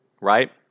right